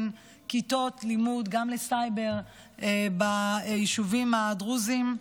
כיתות לימוד לסייבר בישובים הדרוזיים,